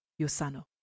Yosano